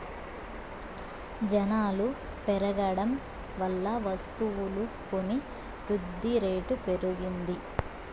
జనాలు పెరగడం వల్ల వస్తువులు కొని వృద్ధిరేటు పెరిగింది